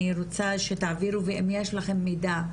אני רוצה שתעבירו ואם יש לכם מידה,